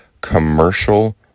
commercial